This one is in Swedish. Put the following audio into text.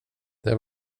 det